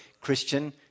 Christian